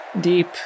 deep